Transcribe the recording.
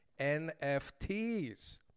NFTs